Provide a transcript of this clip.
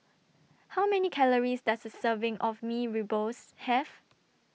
How Many Calories Does A Serving of Mee Rebus Have